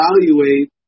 evaluate